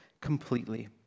completely